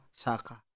saka